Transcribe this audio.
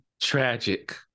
Tragic